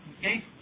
Okay